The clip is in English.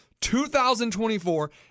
2024